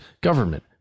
government